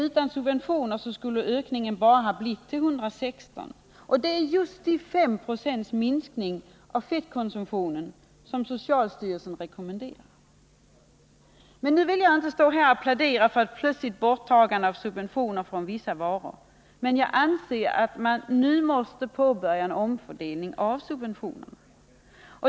Utan subventioner skulle ökningen ha stannat vid 116, vilket motsvarar just den S-procentiga minskning av fettkonsumtionen som socialstyrelsen rekommenderar. Jag vill inte plädera för ett plötsligt borttagande av subventionerna för vissa varor, men jag anser att man nu måste göra en omfördelning av dem.